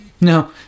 No